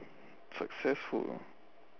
successful